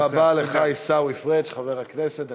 תודה רבה לך, חבר הכנסת עיסאווי פריג'.